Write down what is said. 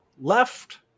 left